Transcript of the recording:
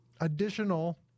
additional